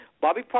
Bobby